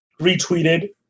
retweeted